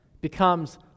becomes